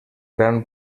gran